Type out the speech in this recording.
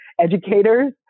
educators